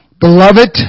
Beloved